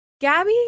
Gabby